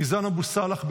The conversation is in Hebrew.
יזן אבו סאלח,